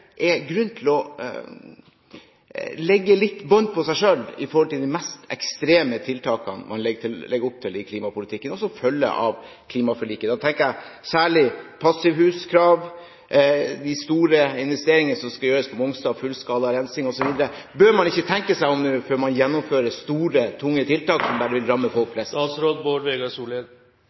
de mest ekstreme tiltakene man legger opp til i klimapolitikken, og som følger av klimaforliket. Da tenker jeg særlig på passivhuskrav, de store investeringene som skal gjøres på Mongstad med fullskalarensing osv. Bør man ikke tenke seg om nå før man gjennomfører store, tunge tiltak som vil ramme folk flest?